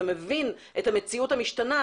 ומבין את המציאות המשתנה,